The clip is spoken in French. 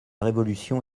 révolution